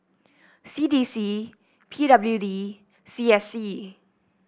C D C P W D C S C